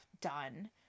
done